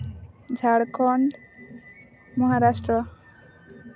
Jharkhand Maharashtra